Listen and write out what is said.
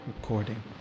recording